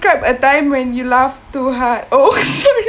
describe a time when you laughed too hard oh sorry